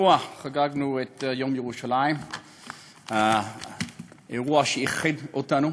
השבוע חגגנו את יום ירושלים, אירוע שאיחד אותנו